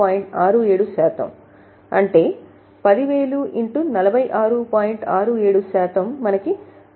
67 శాతం అంటే రూ